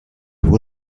would